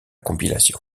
compilation